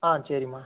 ஆ சரிம்மா